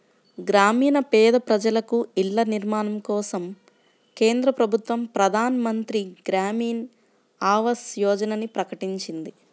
గ్రామీణ పేద ప్రజలకు ఇళ్ల నిర్మాణం కోసం కేంద్ర ప్రభుత్వం ప్రధాన్ మంత్రి గ్రామీన్ ఆవాస్ యోజనని ప్రకటించింది